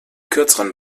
kürzeren